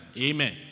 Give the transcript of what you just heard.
Amen